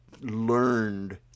learned